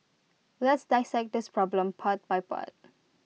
let's dissect this problem part by part